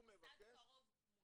הוא מבקש --- מוסד קרוב מותאם?